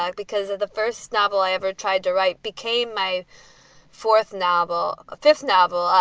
like because of the first novel i ever tried to write, became my fourth novel, a fifth novel,